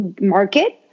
market